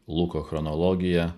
luko chronologija